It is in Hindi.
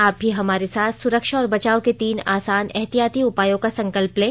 आप भी हमारे साथ सुरक्षा और बचाव के तीन आसान एहतियाती उपायों का संकल्प लें